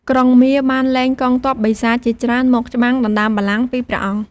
ក្រុងមារបានលែងកងទ័ពបិសាចជាច្រើនមកច្បាំងដណ្តើមបល្ល័ង្គពីព្រះអង្គ។